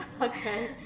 Okay